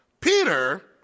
Peter